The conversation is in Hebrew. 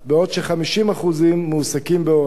בעוד ש-50% מועסקים בהוראה.